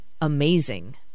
amazing